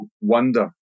wonder